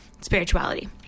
spirituality